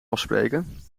afspreken